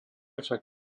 však